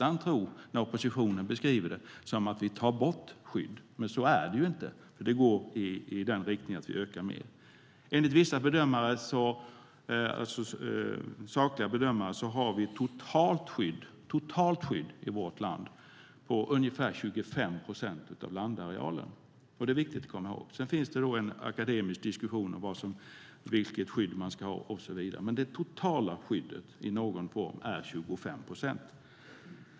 Av oppositionens beskrivning kan man nästan tro att vi tar bort skydd. Så är det inte. Enligt vissa sakkunniga bedömare har vi totalt skydd på ungefär 25 procent av landarealen. Det finns en akademisk diskussion om vilket skydd man ska ha, men det totala skyddet är 25 procent.